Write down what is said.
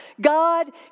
God